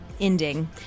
ending